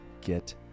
get